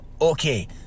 okay